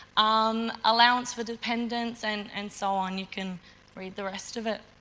um allowance for dependants and and so on, you can read the rest of it.